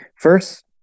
First